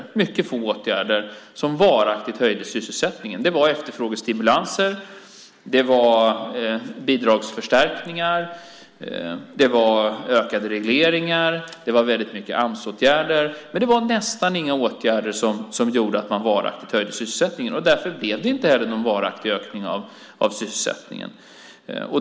Det var mycket få åtgärder som varaktigt höjde sysselsättningen. Det var efterfrågestimulanser, bidragsförstärkningar, ökade regleringar och många Amsåtgärder. Men det var nästan inga åtgärder som gjorde att man varaktigt höjde sysselsättningen. Därför blev det inte heller någon varaktig ökning av sysselsättningen.